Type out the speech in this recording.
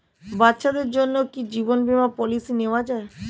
বাচ্চাদের জন্য কি জীবন বীমা পলিসি নেওয়া যায়?